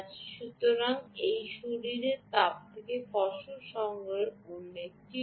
সুতরাং এটি শরীরের তাপ থেকে ফসল সংগ্রহের অন্য উপায়